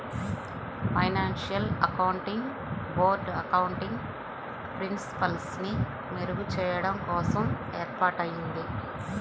financial accounting board accounting ప్రిన్సిపల్స్ని మెరుగుచెయ్యడం కోసం ఏర్పాటయ్యింది